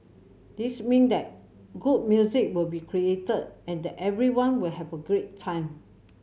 this mean that good music will be created and that everyone will have a great time